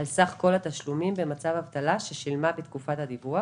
על סך כל התשלומים במצב אבטלה ששילמה בתקופת הדיווח,